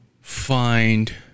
find